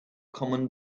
common